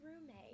roommate